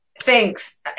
Thanks